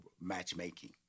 matchmaking